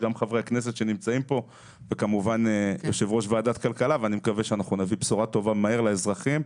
אני מקווה שנביא בשורה לאזרחים.